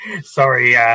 Sorry